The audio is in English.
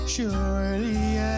Surely